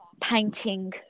painting